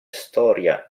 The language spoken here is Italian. storia